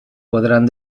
podran